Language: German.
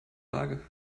waage